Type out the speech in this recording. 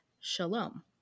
shalom